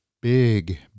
big